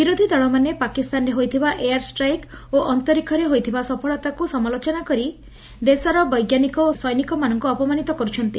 ବିରୋଧୀ ଦଳମାନେ ପାକିସ୍ତାନରେ ହୋଇଥିବା ଏୟାର ଷ୍ଟ୍ରାଇକ୍ ଓ ଅନ୍ତରୀକ୍ଷରେ ହୋଇଥିବା ସଫଳତାକୁ ସମାଲୋଚନା କରି ଦେଶର ବି ସୈନିକମାନଙ୍କୁ ଅପମାନିତ କରୁଛନ୍ତି